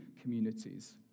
communities